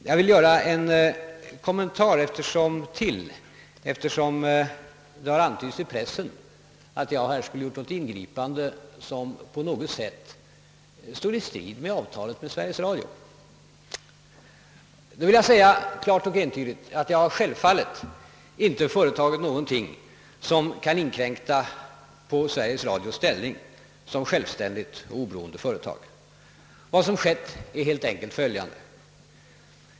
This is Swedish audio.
Jag vill göra ännu en kommentar, eftersom det har antytts i pressen att jag skulle ha gjort något ingripande som på något sätt står i strid mot avtalet med Sveriges Radio. Jag vill klart och entydigt slå fast att jag självfallet inte har företagit mig någonting som kan inkräkta på Sveriges Radios ställning som självständigt och oberoende företag. Vad som skett är helt enkelt följande.